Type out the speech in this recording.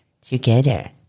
together